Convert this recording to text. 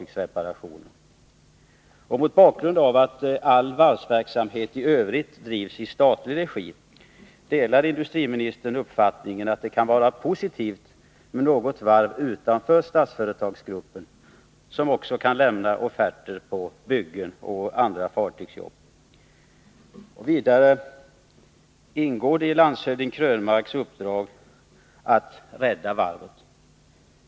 Delar industriministern — mot bakgrund av att all varvsverksamhet i övrigt drivs i statlig regi — uppfattningen att det kan vara positivt med något varv utanför Statsföretagsgruppen som också kan lämna offerter på byggen och andra fartygsjobb? Vidare: Ingår det i landshövding Krönmarks uppdrag att rädda varvet?